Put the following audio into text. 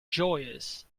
joyous